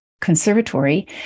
conservatory